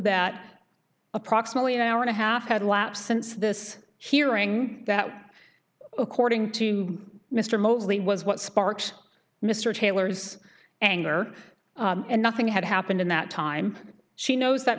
that approximately an hour and a half had lapsed since this hearing that according to mr mosley was what sparks mr taylor's anger and nothing had happened in that time she knows that